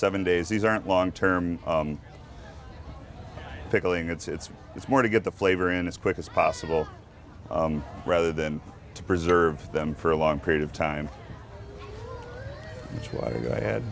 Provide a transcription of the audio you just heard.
seven days these aren't long term tickling it's it's more to get the flavor in as quick as possible rather than to preserve them for a long period of time like i had